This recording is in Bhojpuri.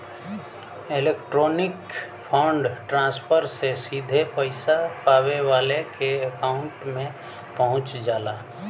इलेक्ट्रॉनिक फण्ड ट्रांसफर से सीधे पइसा पावे वाले के अकांउट में पहुंच जाला